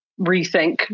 rethink